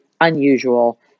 unusual